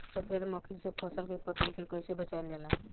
सफेद मक्खी से फसल के पतिया के कइसे बचावल जाला?